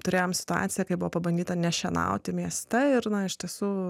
turėjom situaciją kai buvo pabandyta nešienauti mieste ir na iš tiesų